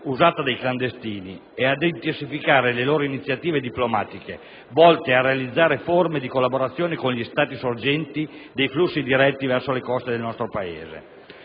dai clandestini, nonché ad intensificare iniziative diplomatiche volte a realizzare forme di collaborazione con gli Stati sorgente dei flussi diretti verso le coste del nostro Paese.